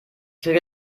kriege